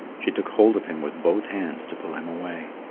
she took hold of him with both hands to pull him away.